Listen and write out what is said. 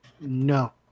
No